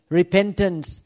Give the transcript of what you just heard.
repentance